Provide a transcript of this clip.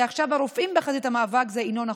כי עכשיו הרופאים בחזית המאבק זה אינו נכון.